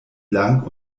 lang